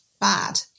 bad